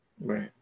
Right